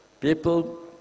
People